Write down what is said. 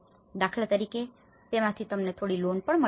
દાખલા તરીકે તેમાંથી તમને થોડી લોન પણ મળી રહે